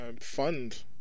fund